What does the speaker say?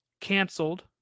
canceled